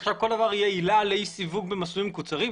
עכשיו כל דבר יהיה עילה לאי סיווג במסלולים מקוצרים?